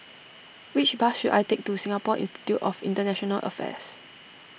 which bus should I take to Singapore Institute of International Affairs